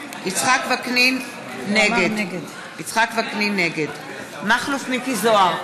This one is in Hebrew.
נגד מכלוף מיקי זוהר,